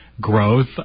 growth